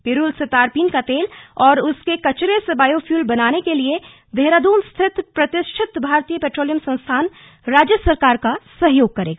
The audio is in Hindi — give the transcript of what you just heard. पिरूल से तारपीन का तेल और उसके कचरे से बायोफ्यूल बनाने के लिये देहरादून स्थित प्रतिष्ठित भारतीय पेट्रोलियम संस्थान राज्य सरकार का सहयोग करेगा